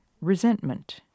Resentment